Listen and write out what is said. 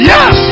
Yes